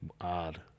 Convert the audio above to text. Odd